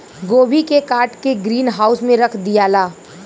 गोभी के काट के ग्रीन हाउस में रख दियाला